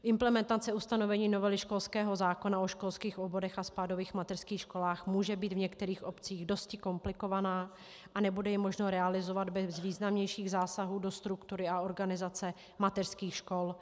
Implementace ustanovení novely školského zákona o školských oborech a spádových mateřských školách může být v některých obcích dosti komplikovaná a nebude ji možno realizovat bez významnějších zásahů do struktury a organizace mateřských škol.